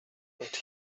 but